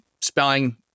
spelling